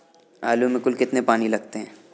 आलू में कुल कितने पानी लगते हैं?